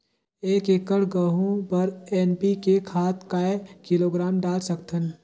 एक एकड़ गहूं बर एन.पी.के खाद काय किलोग्राम डाल सकथन?